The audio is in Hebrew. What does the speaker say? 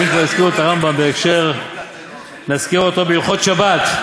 צריך להזכיר את הרמב"ם בהקשר של הלכות שבת.